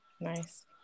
Nice